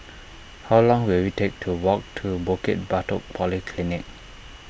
how long will it take to walk to Bukit Batok Polyclinic